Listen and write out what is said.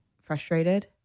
frustrated